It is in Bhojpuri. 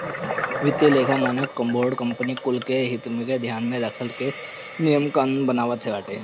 वित्तीय लेखा मानक बोर्ड कंपनी कुल के हित के ध्यान में रख के नियम कानून बनावत बाटे